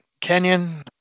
Kenyon